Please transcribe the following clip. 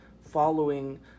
following